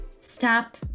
stop